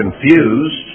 confused